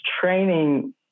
training